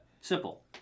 Simple